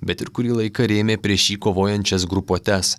bet ir kurį laiką rėmė prieš jį kovojančias grupuotes